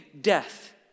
death